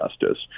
justice